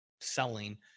selling